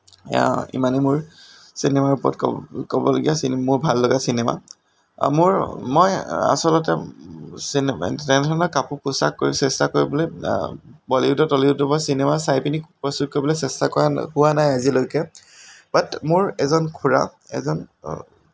ইমানেই মোৰ চিনেমাৰ ওপৰত ক'ব ক'বলগীয়া মোৰ ভাল লগা চিনেমা মোৰ মই আচলতে চেষ্টা কৰিবলৈ বলীউডৰ টলীউডৰ মই চিনেমা চাই পিনি প্ৰস্তুত কৰিবলৈ চেষ্টা কৰা হোৱা নাই আজিলৈকে বাট মোৰ এজন খুৰা এজন